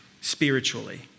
spiritually